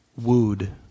wooed